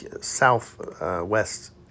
southwest